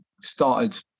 started